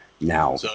Now